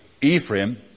Ephraim